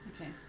Okay